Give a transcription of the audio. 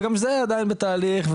וגם זה עדיין בתהליך,